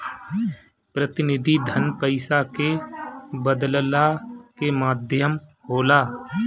प्रतिनिधि धन पईसा के बदलला के माध्यम होला